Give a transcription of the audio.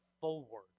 forward